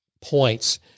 points